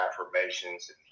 affirmations